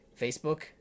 Facebook